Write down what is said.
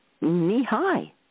knee-high